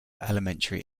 elementary